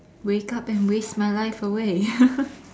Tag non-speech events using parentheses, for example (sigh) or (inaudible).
wake up and waste my life away (laughs)